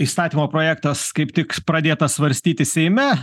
įstatymo projektas kaip tik pradėtas svarstyti seime